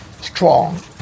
strong